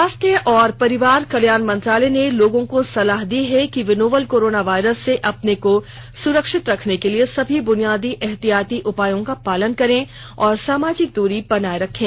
स्वास्थ्य और परिवार कल्याण मंत्रालय ने लोगों को सलाह दी है कि वे नोवल कोरोना वायरस से अपने को सुरक्षित रखने के लिए सभी बुनियादी एहतियाती उपायों का पालन करें और सामाजिक दूरी बनाए रखें